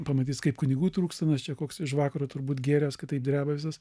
pamatys kaip kunigų trūksta nors čia koks iš vakaro turbūt gėręs kad taip dreba visas